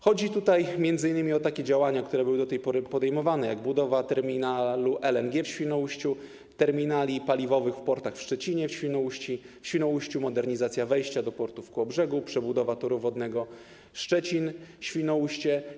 Chodzi tutaj m.in. o takie działania, które były do tej pory podejmowane, jak budowa terminalu LNG w Świnoujściu, budowa terminali paliwowych w portach w Szczecinie i w Świnoujściu, modernizacja wejścia do portu w Kołobrzegu, przebudowa toru wodnego Szczecin-Świnoujście.